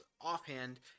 offhand